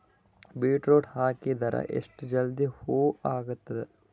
Beetroot ಹಾಕಿದರ ಎಷ್ಟ ಜಲ್ದಿ ಹೂವ ಆಗತದ?